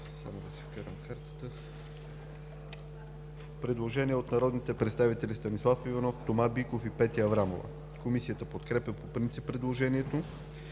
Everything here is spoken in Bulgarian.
Предложение от народните представители Станислав Иванов, Тома Биков и Петя Аврамова. Комисията подкрепя по принцип предложението.